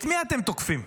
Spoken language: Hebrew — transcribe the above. את מי אתם תוקפים?